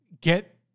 get